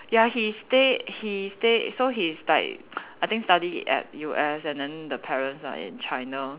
ya he stay he stay so he's like I think study at U_S and then the parents are in China